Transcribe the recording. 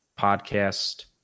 podcast